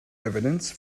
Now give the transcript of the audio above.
evidence